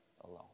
alone